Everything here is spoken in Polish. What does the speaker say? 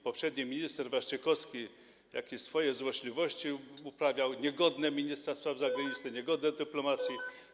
Poprzedni minister, Waszczykowski, jakieś swoje złośliwości uprawiał, niegodne ministra spraw zagranicznych, niegodne dyplomacji.